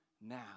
now